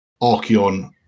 Archeon